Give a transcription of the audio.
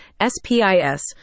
SPIS